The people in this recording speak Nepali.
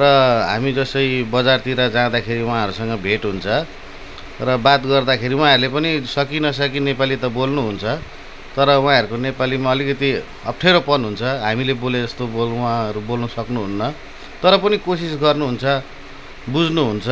र हामी जस्तो कि बजारतिर जाँदाखेरि उहाँहरूसँग भेट हुन्छ र बात गर्दाखेरि उहाँले पनि सकी नसकी नेपाली त बोल्नुहुन्छ तर उहाँहरूको नेपालीमा अलिकति अप्ठ्यारोपन हुन्छ हामीले बोले जस्तो बोल उहाँहरू बोल्नु सक्नुहुन्न तर पनि कोसिस गर्नुहुन्छ बुझ्नुहुन्छ